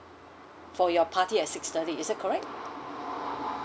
for your party at six thirty is that correct